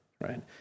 right